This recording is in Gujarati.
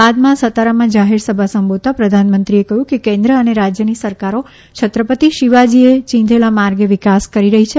બાદમાં સાતારામાં જાહેરસભા સંબોધતાં પ્રધાનમંત્રીએ કહ્યું કે કેન્દ્ર અને રાજ્યની સરકારો છત્રપતિ શિવાજીએ ચિંધેલા માર્ગે વિકાસ કરી રહી છે